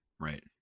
Right